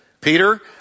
Peter